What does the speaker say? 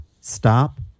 Stop